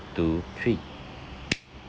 two three